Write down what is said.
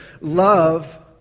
love